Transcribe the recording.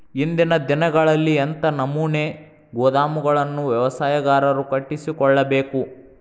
ಇಂದಿನ ದಿನಗಳಲ್ಲಿ ಎಂಥ ನಮೂನೆ ಗೋದಾಮುಗಳನ್ನು ವ್ಯವಸಾಯಗಾರರು ಕಟ್ಟಿಸಿಕೊಳ್ಳಬೇಕು?